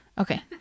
Okay